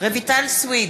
רויטל סויד,